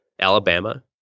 alabama